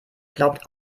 glaubt